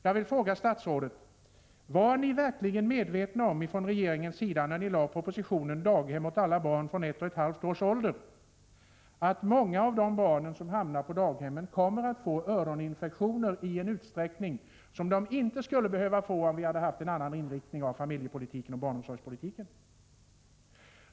Jag vill fråga statsrådet: Var ni från regeringens sida, när ni lade fram propositionen om daghem åt alla barn från ett och ett halvt års ålder, verkligen medvetna om att många av de barn som hamnar på daghem kommer att få öroninfektioner i en större utsträckning än de skulle ha behövt få om vi hade haft en annan inriktning av familjepolitiken och barnomsorgspolitiken?